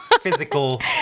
physical